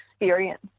experience